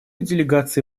делегации